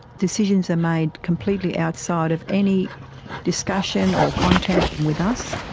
decisions are made completely outside of any discussion or contact with us,